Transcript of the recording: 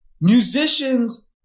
Musicians